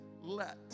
let